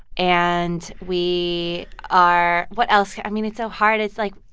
and we are what else? i mean, it's so hard. it's like.